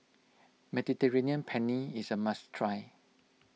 Mediterranean Penne is a must try